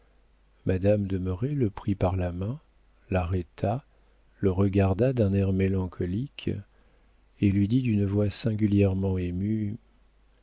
de merret le prit par la main l'arrêta le regarda d'un air mélancolique et lui dit d'une voix singulièrement émue